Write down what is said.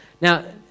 Now